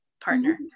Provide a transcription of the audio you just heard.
partner